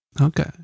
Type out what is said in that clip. Okay